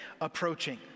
approaching